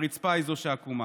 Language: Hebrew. הרצפה היא זו שעקומה.